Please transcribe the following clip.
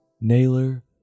Naylor